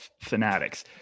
fanatics